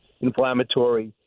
inflammatory